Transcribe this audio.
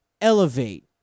elevate